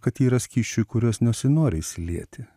kad yra skysčių į kuriuos nesinori įsilieti